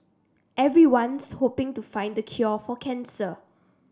everyone's hoping to find the cure for cancer